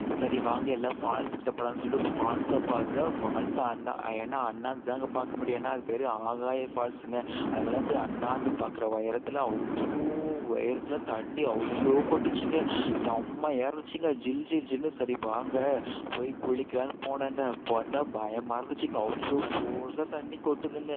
சரி வாங்க எல்லாம் ஃபால்ஸ்கிட்ட போகலாம் சொல்லிட்டு ஃபால்ஸை பார்த்தா ஃபால்ஸை அன்னா ஏன்னா அன்னாந்து தாங்க பார்க்க முடியம் ஏன்னா அது பேர் ஆகாய ஃபால்ஸ்ஸுங்க அதுலேருந்து அன்னாந்து பார்க்குற உயரத்தில் அவ்வளோ உயரத்தில் தண்ணி அவ்வளோ கொட்டுச்சுங்க செம்மையாக இருந்துச்சுங்க ஜில்ஜில்ஜில்ன்னு சரி வாங்க போய் குளிக்கலான்னு போனேங்க பார்த்தா பயமாக இருந்துச்சுங்க அவ்வளோ ஃபோர்ஸாக தண்ணி கொட்டுதுங்க